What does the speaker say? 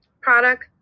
product